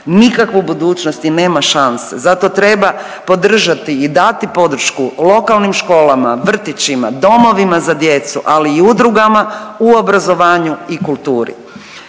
nikakvu budućnost i nema šanse, zato treba podržati i dati podršku lokalnim školama, vrtićima, domovima za djecu, ali i udrugama u obrazovanju i kulturi.